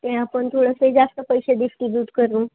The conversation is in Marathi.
ते आपन थोडसे जास्त पैसे डिस्ट्रीब्यूट करू